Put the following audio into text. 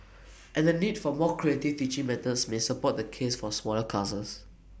and the need for more creative teaching methods may support the case for smaller classes